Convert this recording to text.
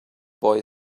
boy